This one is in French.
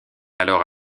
alors